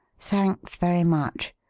thanks very much.